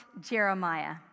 Jeremiah